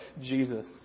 Jesus